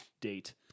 date